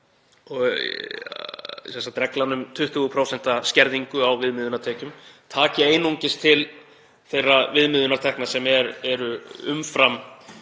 við þekkjum, reglan um 20% skerðingu á viðmiðunartekjum, taki einungis til þeirra viðmiðunartekna sem eru umfram